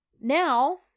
now